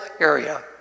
area